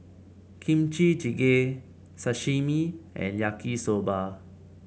Kimchi Jjigae Sashimi and Yaki Soba